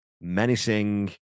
menacing